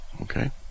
Okay